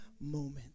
moment